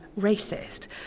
racist